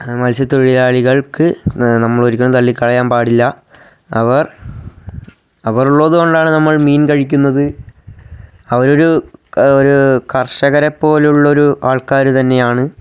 മത്സ്യ തൊഴിലാളികൾക്ക് നമ്മൾ ഒരിക്കലും തള്ളിക്കളയാൻ പാടില്ല അവർ അവർ ഉള്ളത് കൊണ്ടാണ് നമ്മൾ മീൻ കഴിക്കുന്നത് അവർ ഒരു ഒരു കർഷകരെ പോലെയുള്ള ഒരു ആൾക്കാർ തന്നെയാണ്